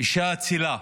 אישה אצילה.